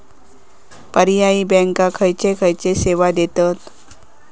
पर्यायी बँका खयचे खयचे सेवा देतत?